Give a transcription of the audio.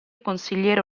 consigliere